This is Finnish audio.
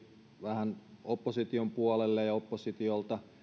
vähän opposition puolelle ja ja oppositiolta